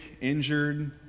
injured